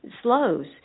slows